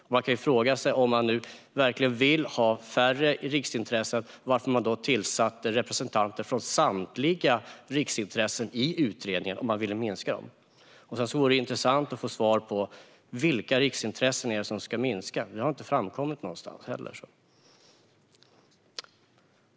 Om Alliansen verkligen vill ha färre riksintressen kan man undra varför de lät representanter från samtliga riksintressen ingå i utredningen när riksintressena ändå skulle minskas. Sedan vore det intressant att få svar på vilka riksintressen som ska minska. Det har inte framkommit någonstans.